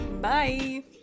bye